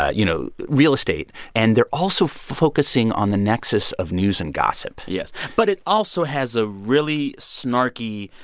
ah you know, real estate. and they're also focusing on the nexus of news and gossip yes. but it also has a really snarky,